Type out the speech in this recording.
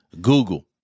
Google